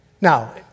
Now